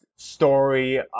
story